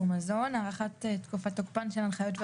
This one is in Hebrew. מזון הארכת אנחנו מדברים על הארכה שלישית של